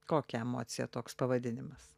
kokią emociją toks pavadinimas